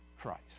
Christ